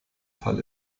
fall